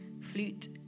flute